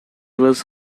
was